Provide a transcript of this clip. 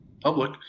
public